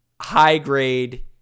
high-grade